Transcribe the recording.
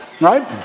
right